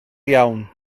iawn